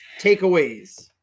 takeaways